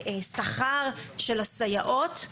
שכר של הסייעות,